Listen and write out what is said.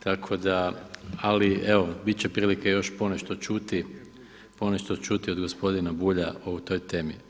Tako da, ali evo, biti će prilike još ponešto čuti, ponešto čuti od gospodina Bulja o toj temi.